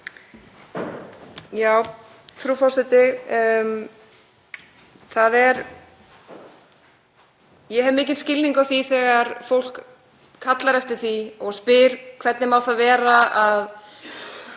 Frú forseti. Ég hef mikinn skilning á því þegar fólk kallar eftir því og spyr: Hvernig má það vera að